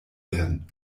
werden